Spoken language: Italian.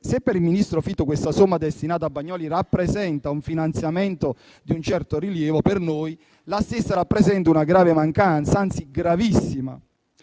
se per il ministro Fitto la somma destinata a Bagnoli rappresenta un finanziamento di un certo rilievo, per noi rappresenta invece una grave mancanza, anzi gravissima,